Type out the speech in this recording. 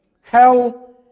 Hell